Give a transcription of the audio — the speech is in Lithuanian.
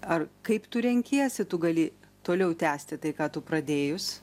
ar kaip tu renkiesi tu gali toliau tęsti tai ką tu pradėjus